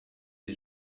dei